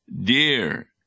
dear